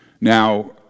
Now